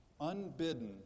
unbidden